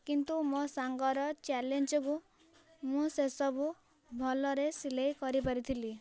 କିନ୍ତୁ ମୋ ସାଙ୍ଗର ଚ୍ୟାଲେଞ୍ଜ ଯୋଗୁଁ ମୁଁ ସେ ସବୁ ଭଲରେ ସିଲେଇ କରିପାରିଥିଲି